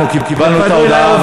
אנחנו קיבלנו את ההודעה,